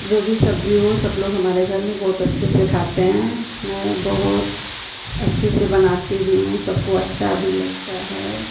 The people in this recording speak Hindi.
जो भी सब्ज़ी हो हमारे घर में बहुत अच्छे से खाते हैं मैं बहुत अच्छे से बनाती भी हूँ सबको अच्छा भी लगता है